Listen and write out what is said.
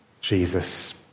Jesus